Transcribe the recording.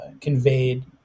conveyed